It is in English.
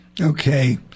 okay